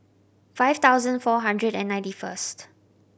five thousand four hundred and ninety first